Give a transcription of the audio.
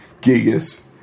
Gigas